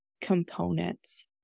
components